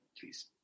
please